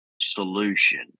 solution